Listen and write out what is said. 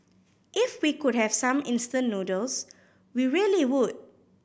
if we could have some instant noodles we really would